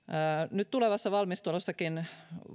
nyt tulevassa valmistelussakin